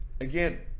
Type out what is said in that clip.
again